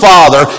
Father